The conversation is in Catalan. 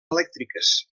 elèctriques